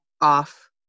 off